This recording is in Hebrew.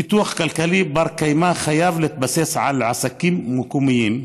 פיתוח כלכלי בר-קיימא חייב להתבסס על עסקים מקומיים,